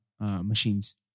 machines